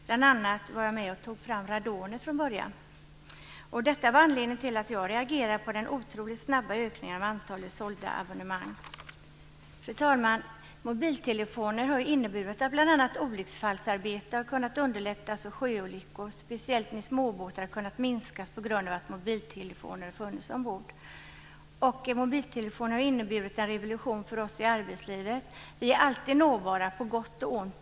Bl.a. var jag med och drog fram radonet från början. Detta var anledningen till att jag reagerade på den otroligt snabba ökningen av antalet sålda abonnemang. Fru talman! Mobiltelefoner har inneburit att bl.a. olycksfallsarbete har kunnat underlättas. Antalet sjöolyckor, speciellt med småbåtar, har kunnat minska på grund av att mobiltelefoner har funnits ombord. Mobiltelefoner har inneburit en revolution för oss i arbetslivet. Vi är alltid nåbara, på gott och ont.